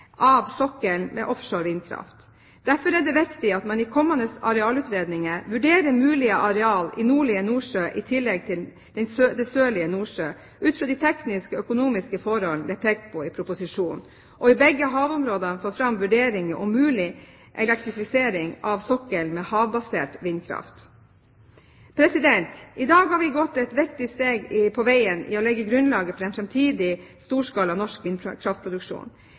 av sokkelen med offshore vindkraft. Derfor er det viktig at man i kommende arealutredninger vurderer mulige areal i nordlige Nordsjø i tillegg til i den sørlige Nordsjø, ut fra de tekniske og økonomiske forholdene det er pekt på i proposisjonen, og i begge havområder får fram vurderinger om mulig elektrifisering av sokkelen med havbasert vindkraft. I dag har vi gått et viktig steg på veien for å legge grunnlaget for en framtidig storskala norsk vindkraftproduksjon.